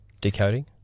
Decoding